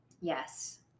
Yes